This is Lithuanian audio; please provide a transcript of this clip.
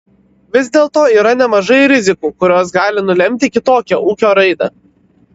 vis dėlto yra nemažai rizikų kurios gali nulemti kitokią ūkio raidą